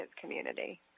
community